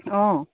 অঁ